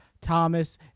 Thomas